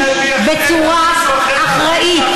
אנחנו הולכים בצורה אחראית,